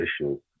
issues